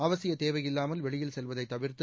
அவசியத் தேவையில்லாமல் வெளியில் செல்வதை தவிர்த்து